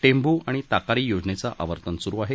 टेंभू आणि ताकारी योजनेचं आवर्तन सुरू आहे